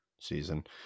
season